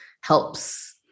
helps